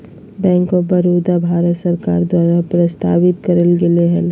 bank of Baroda, Bharat सरकार द्वारा प्रस्तावित करल गेले हलय